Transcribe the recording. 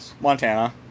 Montana